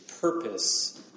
purpose